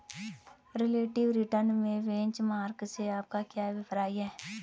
Relative return में benchmark से आपका क्या अभिप्राय है?